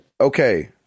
Okay